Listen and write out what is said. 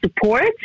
support